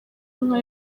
inka